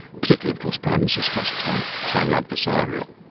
particularly of course, prime minister's question time, highly adversarial.